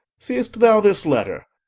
seest thou this letter?